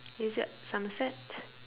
is it at somerset